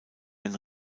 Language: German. wenn